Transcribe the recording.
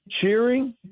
cheering